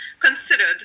considered